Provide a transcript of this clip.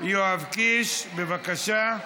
יואב קיש, בבקשה.